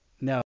No